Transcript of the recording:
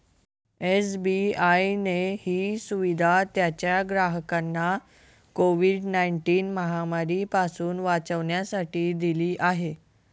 SBI ने ही सुविधा त्याच्या ग्राहकांना कोविड नाईनटिन महामारी पासून वाचण्यासाठी दिली आहे